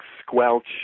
squelch